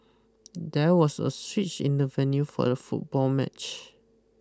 there was a switch in the venue for the football match